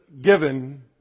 Given